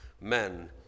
men